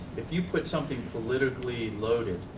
if you put something politically loaded